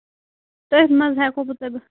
تٔتھۍ منٛز ہٮ۪کو تۄہہِ بہٕ تۅہہِ بہٕ